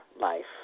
life